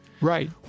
Right